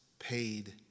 Paid